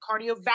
cardiovascular